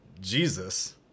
Jesus